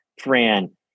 Fran